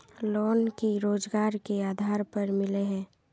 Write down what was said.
Loan की रोजगार के आधार पर मिले है?